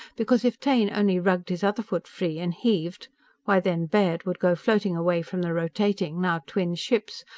because if taine only rugged his other foot free and heaved why then baird would go floating away from the rotating, now-twinned ships,